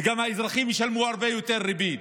וגם האזרחים ישלמו הרבה יותר ריבית.